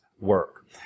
work